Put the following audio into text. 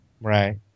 Right